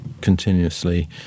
continuously